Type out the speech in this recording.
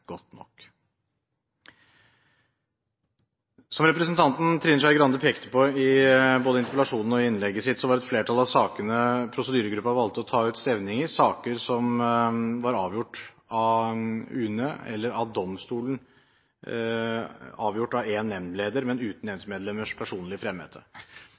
godt nok. Som representanten Trine Skei Grande pekte på i både interpellasjonen og innlegget sitt, var et flertall av sakene prosedyregruppen valgte å ta ut stevning i, saker som var avgjort av UNE og domstolen, avgjort av en nemndleder, men uten